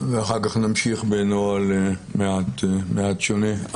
ואחר כך נמשיך בנוהל מעט שונה.